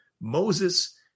Moses